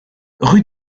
rue